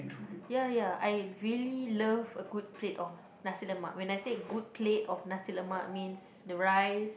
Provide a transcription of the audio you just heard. ya ya I really love a good plate of Nasi-Lemak when I say a good plate of Nasi-Lemak means the rice